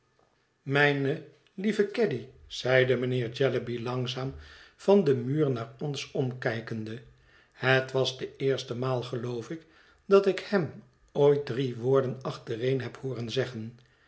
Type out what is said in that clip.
mijne lieve caddy zeide mijnheer jellyby langzaam van den muur naar ons omkijkende het was de eerste maal geloof ik dat ik hem ooit drie woorden achtereen heb hooren zeggen